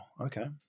Okay